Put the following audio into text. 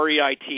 REIT